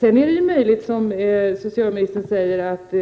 Det är möjligt, som socialministern säger, att